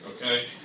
Okay